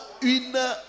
une